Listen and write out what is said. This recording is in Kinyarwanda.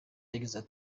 yageze